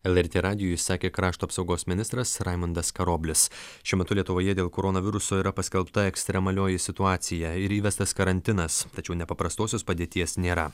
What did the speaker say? lrt radijui sakė krašto apsaugos ministras raimundas karoblis šiuo metu lietuvoje dėl koronaviruso yra paskelbta ekstremalioji situacija ir įvestas karantinas tačiau nepaprastosios padėties nėra